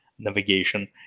navigation